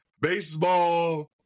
baseball